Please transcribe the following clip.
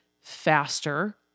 faster